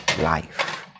life